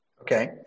okay